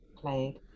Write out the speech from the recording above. played